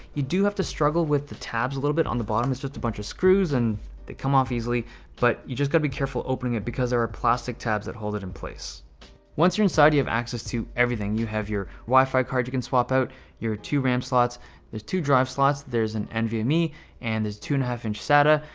you do have to struggle with the tabs a little bit on the bottom it's just a bunch of screws and they come off easily but you just got to be careful opening it because there are plastic tabs that hold it in place once you're inside you have access to everything you have your wi-fi card. you can swap out your two ram slots there's two drive slots. there's an nvme and there's two and a half inch sata.